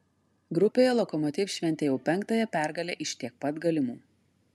grupėje lokomotiv šventė jau penktąją pergalę iš tiek pat galimų